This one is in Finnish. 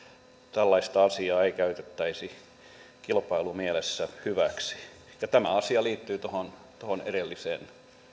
tällaista asiaa ei käytettäisi kilpailumielessä hyväksi tämä asia liittyy tuohon tuohon edelliseen